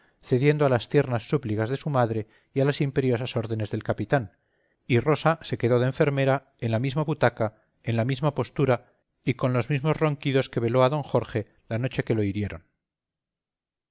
a las tiernas súplicas de su madre y a las imperiosas órdenes del capitán y rosa se quedó de enfermera en la misma butaca en la misma postura y con los mismos ronquidos que veló a d jorge la noche que lo hirieron